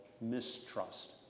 mistrust